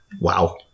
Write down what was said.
Wow